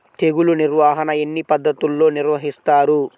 తెగులు నిర్వాహణ ఎన్ని పద్ధతుల్లో నిర్వహిస్తారు?